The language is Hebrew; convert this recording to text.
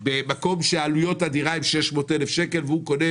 במקום שעלויות הדירה הם 600,000 שקל והוא קונה